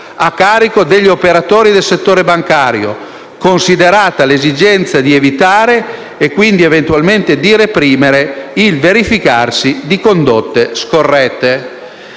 a carico degli operatori del settore bancario, considerata l'esigenza di evitare e quindi eventualmente di reprimere il verificarsi di condotte scorrette».